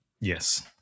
Yes